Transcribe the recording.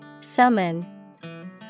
Summon